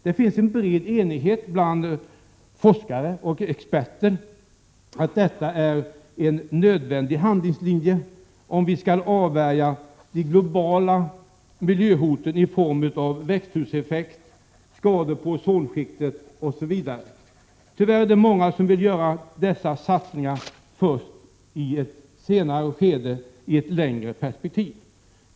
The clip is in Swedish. Det finns en bred enighet bland forskare och experter om att detta är en nödvändig handlingslinje, om vi skall avvärja de globala miljöhoten i form av växthuseffekt, skador på ozonskiktet, osv. Tyvärr är det många som vill göra dessa satsningar först i ett senare skede och i ett längre perspektiv.